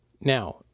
Now